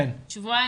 כן,